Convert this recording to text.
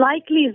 likely